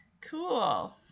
Cool